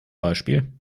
beispiel